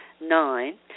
Nine